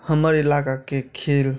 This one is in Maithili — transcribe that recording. हमर इलाकाके खेल